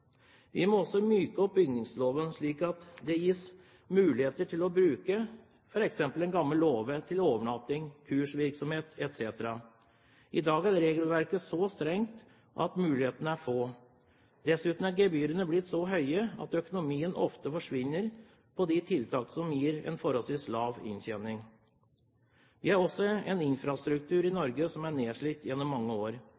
Vi må også myke opp bygningsloven slik at det er mulig å bruke f.eks. en gammel låve til overnatting og kursvirksomhet etc. I dag er regelverket så strengt at mulighetene er få. Dessuten er gebyrene blitt så høye at pengene ofte forsvinner på tiltak som gir en forholdsvis lav inntjening. I Norge har vi også en infrastruktur